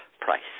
price